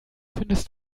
findest